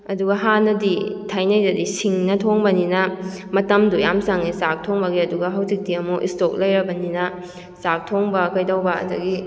ꯑꯗꯨꯒ ꯍꯥꯟꯅꯗꯤ ꯊꯥꯏꯅꯗꯗꯤ ꯁꯤꯡꯅ ꯊꯣꯡꯕꯅꯤꯅ ꯃꯇꯝꯗꯣ ꯌꯥꯝꯅ ꯆꯪꯉꯦ ꯆꯥꯛ ꯊꯣꯡꯕꯒꯤ ꯑꯗꯨꯒ ꯍꯧꯖꯤꯛꯇꯤ ꯑꯃꯨꯛ ꯁ꯭ꯇꯣꯛ ꯂꯩꯔꯕꯅꯤꯅ ꯆꯥꯛ ꯊꯣꯡꯕ ꯀꯩꯗꯧꯕ ꯑꯗꯨꯗꯒꯤ